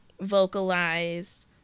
vocalize